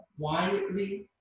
quietly